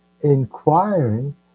inquiring